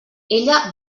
ella